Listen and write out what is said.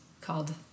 called